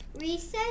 Recess